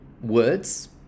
words